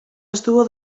estuvo